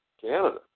Canada